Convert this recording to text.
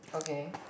okay